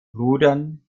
rudern